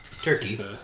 turkey